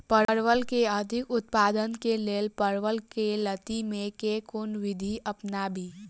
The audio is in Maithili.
परवल केँ अधिक उत्पादन केँ लेल परवल केँ लती मे केँ कुन विधि अपनाबी?